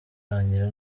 irangira